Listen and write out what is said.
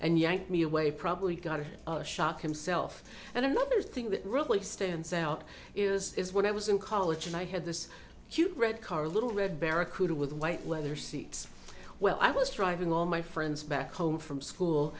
and yanked me away probably got a shock himself and another thing that really stands out is when i was in college and i had this cute red car little red barracuda with white leather seats well i was driving all my friends back home from school